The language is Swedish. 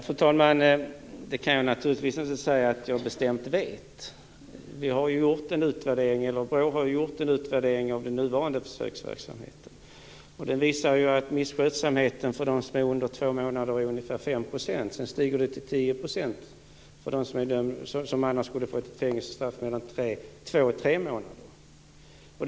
Fru talman! Det kan jag naturligtvis inte säga att jag bestämt vet. BRÅ har gjort en utvärdering av den nuvarande försöksverksamheten. Den visar att misskötsamheten hos dem som har ett straff på under två månader är under 5 %. Sedan stiger det till 10 % bland dem som annars skulle fått fängelsestraff på mellan två och tre månader.